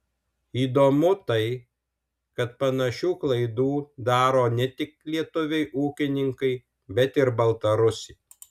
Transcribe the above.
įdomu tai kad panašių klaidų daro ne tik lietuviai ūkininkai bet ir baltarusiai